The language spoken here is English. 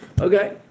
Okay